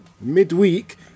midweek